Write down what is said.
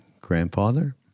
grandfather